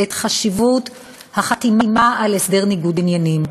על חשיבות החתימה על הסדר ניגוד עניינים.